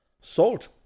salt